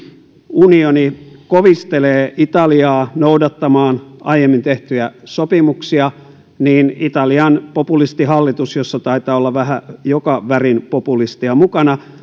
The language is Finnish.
unioni kovistelee italiaa noudattamaan aiemmin tehtyjä sopimuksia niin italian populistihallitus jossa taitaa olla vähän joka värin populisteja mukana